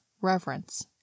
reverence